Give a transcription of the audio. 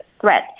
threat